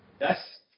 Yes